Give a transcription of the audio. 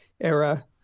era